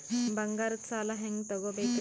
ಬಂಗಾರದ್ ಸಾಲ ಹೆಂಗ್ ತಗೊಬೇಕ್ರಿ?